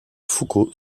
foucault